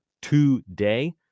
Today